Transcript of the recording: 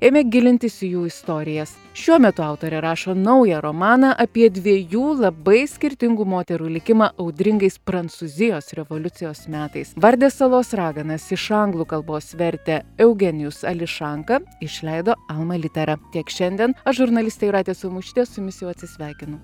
ėmė gilintis į jų istorijas šiuo metu autorė rašo naują romaną apie dvejų labai skirtingų moterų likimą audringais prancūzijos revoliucijos metais vardės salos raganas iš anglų kalbos vertė eugenijus ališanka išleido alma littera tiek šiandien aš žurnalistė jūratė samušytė su jumis jau atsisveikinu